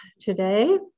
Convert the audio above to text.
today